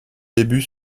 débuts